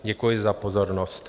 Děkuji za pozornost.